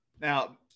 Now